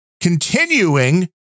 continuing